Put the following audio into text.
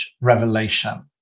revelation